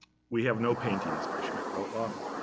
we have no paintings by schmidt-rottluff,